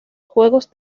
juegos